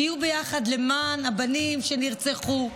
תהיו ביחד למען הבנים שנרצחו,